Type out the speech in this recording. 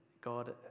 God